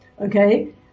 Okay